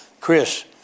Chris